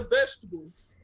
vegetables